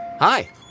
Hi